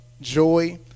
joy